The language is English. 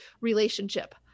relationship